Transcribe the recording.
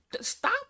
Stop